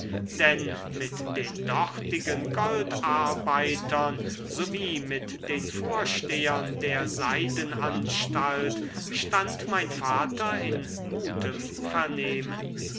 denn mit den dortigen goldarbeitern sowie mit den vorstehern der seidenanstalt stand mein vater in gutem vernehmen